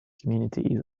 communities